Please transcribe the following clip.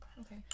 Okay